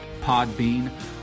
Podbean